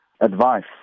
advice